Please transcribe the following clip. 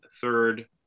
third